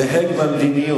זה חלק מהמדיניות.